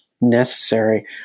necessary